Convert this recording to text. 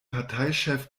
parteichef